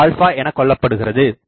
dn2ln எனக்கொள்ளபடுகிறது